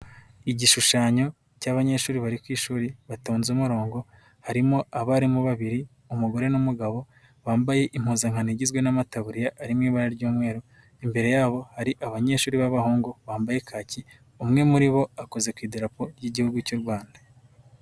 Igishushanyo cy'abanyeshuri bari ku ishuri batonze umurongo harimo abarimu babiri umugore n'umugabo bambaye impuzankano igizwe n'amataburiya ari mu ibara ry'umweru, imbere yabo hari abanyeshuri b'abahungu bambaye kaki, umwe muri bo akoze ku idarapo y'igihugu cy'u Rwanda.